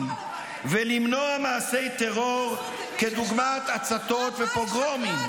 ולמנוע מעשי טרור כדוגמת הצתות ופוגרומים ----- מי שישמע אותו.